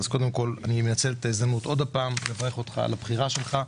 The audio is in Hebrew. קודם כול אני מנצל את ההזדמנות עוד פעם לברך אותך על הבחירה שלך,